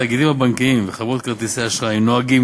התאגידים הבנקאיים וחברות כרטיסי האשראי נוהגים,